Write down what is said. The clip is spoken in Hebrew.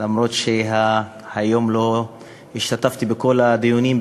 למרות שהיום לא השתתפתי בכל הדיונים,